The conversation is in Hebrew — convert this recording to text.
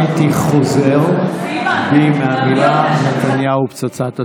אני הייתי חוזר בי מהמילים "נתניהו פצצת אטום".